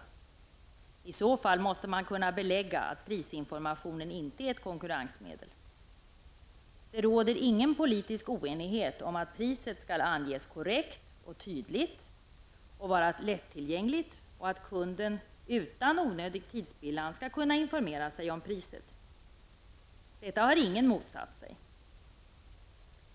Om det är fallet måste man kunna belägga att prisinformationen inte är ett konkurrensmedel. Det råder ingen politisk oenighet om att priset skall anges korrekt och tydligt samt vara lättillgängligt och att kunden utan onödig tidspillan skall kunna informera sig om priset. Detta har ingen motsatt sig.